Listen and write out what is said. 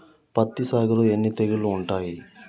పత్తి సాగులో ఎన్ని తెగుళ్లు ఉంటాయి?